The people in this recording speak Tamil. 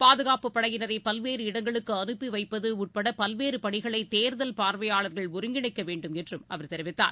பாதுகாப்பு படையினரை பல்வேறு இடங்களுக்கு அனுப்பி வைப்பது உட்பட பல்வேறு பணிகளை தேர்தல் பார்வையாளர்கள் ஒருங்கிணைக்க வேண்டும் என்றும் அவர் தெரிவித்தார்